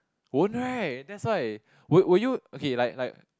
won't right that's why would would you okay like like